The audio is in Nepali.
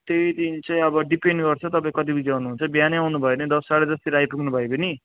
त्यही दिन चाहिँ अब डिपेन्ड गर्छ तपाईँ कति बजी आउनुहुन्छ बिहानै आउनुभयो भने दस साँढे दसतिर आइपुग्नुभयो भने